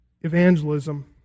evangelism